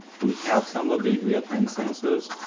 we have some of the real-time sensors,